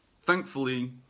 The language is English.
thankfully